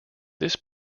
this